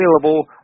available